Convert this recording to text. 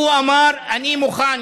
הוא אמר: אני מוכן,